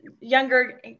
younger